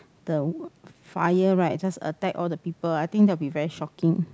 the w~ fire right just attack all the people I think that would be very shocking